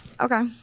Okay